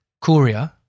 courier